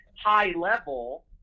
high-level